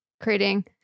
creating